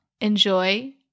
enjoy